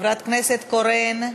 חברת הכנסת קורן,